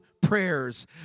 prayers